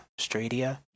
Stradia